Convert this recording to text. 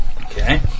Okay